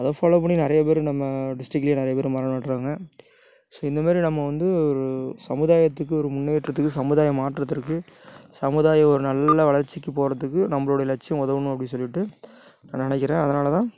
அதை ஃபாலோ பண்ணி நிறைய பேர் நம்ம டிஸ்ட்ரிக்ட்லேயே நிறைய பேர் மரம் நடுறாங்க ஸோ இந்த மாதிரி நம்ம வந்து ஒரு சமுதாயத்துக்கு ஒரு முன்னேற்றத்துக்கு சமுதாய மாற்றத்திற்கு சமுதாய ஒரு நல்ல வளர்ச்சிக்கு போகிறதுக்கு நம்பளுடைய லட்சியம் உதவணும் அப்படின்னு சொல்லிவிட்டு நான் நினைக்கிறேன் அதனால் தான்